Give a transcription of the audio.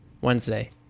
Wednesday